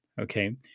Okay